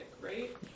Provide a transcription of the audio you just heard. right